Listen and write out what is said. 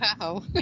Wow